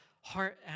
heart